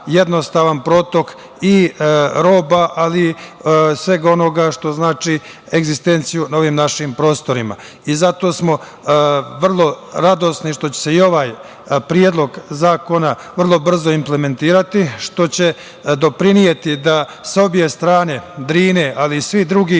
jednostavan protok roba, ali svega onoga što znači egzistenciju na ovim našim prostorima. Zato smo vrlo radosni što će se i ovaj predlog zakona vrlo brzo implementirati, što će doprineti da sa obe strane Drine, ali svih drugih